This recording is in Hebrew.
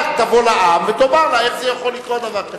אתה תבוא לעם ותאמר לו: איך יכול לקרות דבר כזה?